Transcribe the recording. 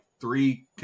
three